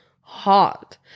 hot